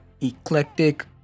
eclectic